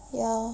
ya